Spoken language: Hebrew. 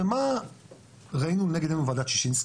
ומה ראינו לנגד עינינו בוועדת שישינסקי.